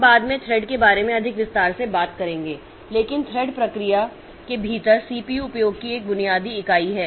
हम बाद में थ्रेड के बारे में अधिक विस्तार से बात करेंगे लेकिन थ्रेड प्रक्रिया के भीतर CPU उपयोग की एक बुनियादी इकाई है